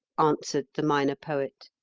answered the minor poet.